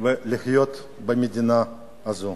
ולחיות במדינה הזו.